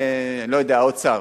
אני לא יודע, האוצר.